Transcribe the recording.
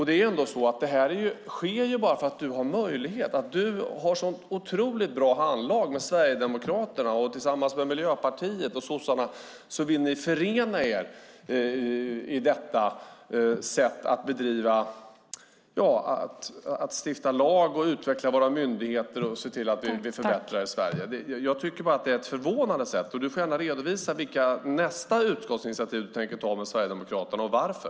Det här sker bara för att du har möjlighet, därför att du har så otroligt bra handlag med Sverigedemokraterna. Ni vill förena er med Miljöpartiet och sossarna i detta sätt att stifta lagar, utveckla våra myndigheter och förbättra Sverige. Jag tycker bara att det är ett förvånande sätt. Du får gärna redovisa vilka nästa utskottsinitiativ är som du tänker ta med Sverigedemokraterna och varför.